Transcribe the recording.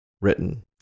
written